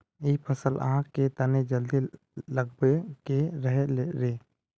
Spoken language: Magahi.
इ फसल आहाँ के तने जल्दी लागबे के रहे रे?